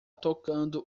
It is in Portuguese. tocando